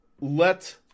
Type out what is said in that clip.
let